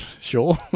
sure